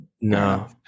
No